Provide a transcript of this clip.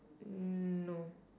mm no